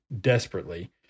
desperately